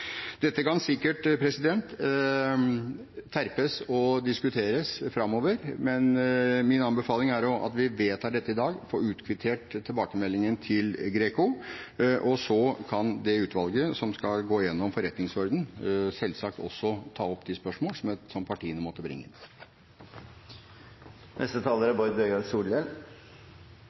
Dette kan sikkert terpes og diskuteres framover, men min anbefaling er at vi vedtar dette i dag, får kvittert ut tilbakemeldingen til GRECO, og så kan utvalget som skal gå igjennom forretningsordenen, selvsagt også ta opp de spørsmålene som partiene måtte bringe inn. Eg er